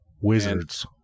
Wizards